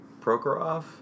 Prokhorov